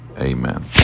amen